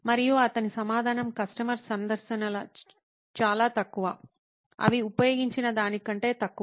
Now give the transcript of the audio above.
మరియు అతని సమాధానం కస్టమర్ సందర్శనలు చాలా తక్కువ అవి ఉపయోగించిన దానికంటే తక్కువ